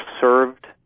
served